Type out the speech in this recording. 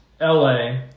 LA